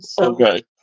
Okay